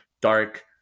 dark